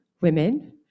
women